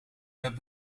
met